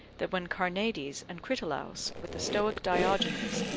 that when carneades and critolaus, with the stoic diogenes,